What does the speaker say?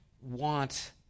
want